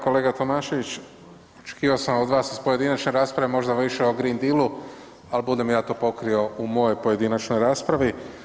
Kolega Tomašević očekivao sam od vas iz pojedinačne rasprave moda više o Green Dealu, ali budem ja to pokrio u mojoj pojedinačnoj raspravi.